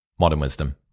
modernwisdom